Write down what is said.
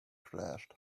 crashed